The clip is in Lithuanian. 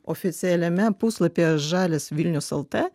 oficialiame puslapyje žalias vilnius lt